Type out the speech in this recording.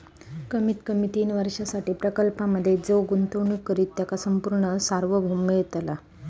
कमीत कमी तीन वर्षांसाठी प्रकल्पांमधे जो गुंतवणूक करित त्याका संपूर्ण सार्वभौम मिळतला